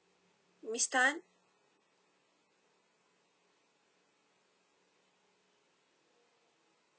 miss tan